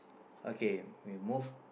okay we move